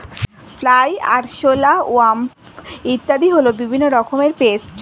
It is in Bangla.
ফ্লাই, আরশোলা, ওয়াস্প ইত্যাদি হল বিভিন্ন রকমের পেস্ট